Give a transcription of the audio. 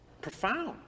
profound